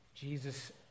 Jesus